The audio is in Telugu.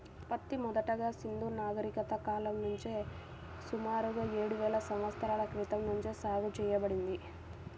పత్తి మొదటగా సింధూ నాగరికత కాలం నుంచే సుమారుగా ఏడువేల సంవత్సరాల క్రితం నుంచే సాగు చేయబడింది